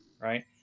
right